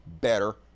Better